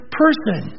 person